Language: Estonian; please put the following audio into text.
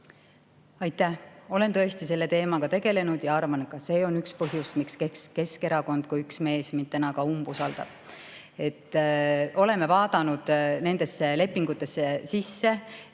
Aitäh! Ma olen tõesti selle teemaga tegelenud ja arvan, et ka see on üks põhjus, miks ka Keskerakond kui üks mees mind täna umbusaldab. Oleme vaadanud nendesse lepingutesse sisse